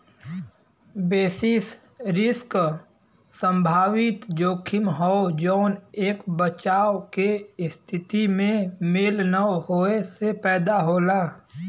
basis risk संभावित जोखिम हौ जौन एक बचाव के स्थिति में मेल न होये से पैदा होला